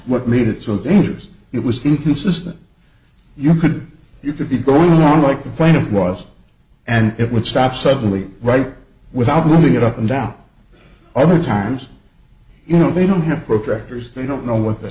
what made it so dangerous it was the consistent you could you could be going on like the plane was and it would stop suddenly right without moving it up and down other times you know they don't have protractors they don't know what the